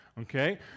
okay